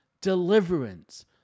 deliverance